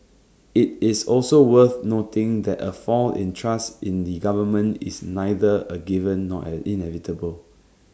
IT is also worth noting that A fall in trust in the government is neither A given nor an inevitable